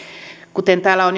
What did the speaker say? kuten täällä on